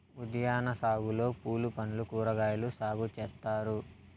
ఉద్యాన సాగులో పూలు పండ్లు కూరగాయలు సాగు చేత్తారు